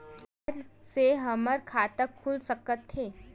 आधार से हमर खाता खुल सकत हे?